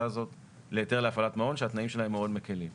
הזאת להיתר להפעלת מעון שהתנאים שלה הם מאוד מקלים.